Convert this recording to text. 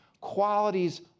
qualities